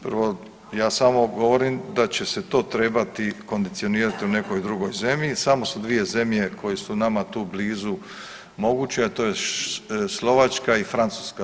Prvo, ja samo govorim da će se to trebati kondicionirati u nekoj drugoj zemlji, samo su 2 zemlje koje su nama tu blizu moguće, a to je Slovačka i Francuska.